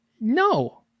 No